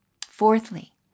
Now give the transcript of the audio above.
Fourthly